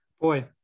boy